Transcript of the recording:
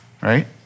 right